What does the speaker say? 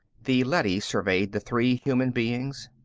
the leady surveyed the three human beings.